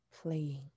playing